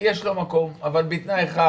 ביום השבת,